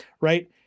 right